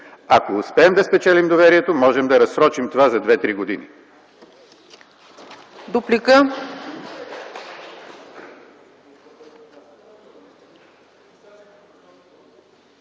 Ако успеем да спечелим доверието, можем да разсрочим това за 2-3 години.